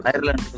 Ireland